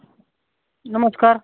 नमस्कार